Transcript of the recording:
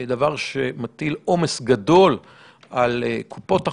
דבר שמטיל עומס גדול על קופות החולים,